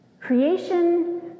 Creation